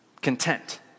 Content